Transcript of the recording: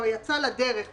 כבר יצא לדרך מבחינתם,